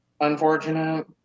unfortunate